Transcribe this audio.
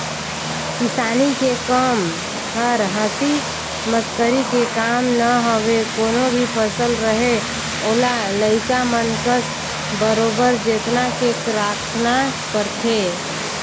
किसानी के कम हर हंसी मसकरी के काम न हवे कोनो भी फसल रहें ओला लइका मन कस बरोबर जेतना के राखना परथे